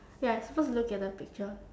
ya you supposed to look at the picture